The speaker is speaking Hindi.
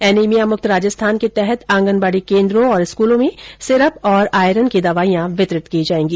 ऐनीमिया मुक्त राजस्थान के तहत आंगनबाडी केन्द्रो और स्कूलों में सिरप तथा आयरन की दवाईयां वितरित की जायेगी